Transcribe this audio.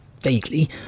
vaguely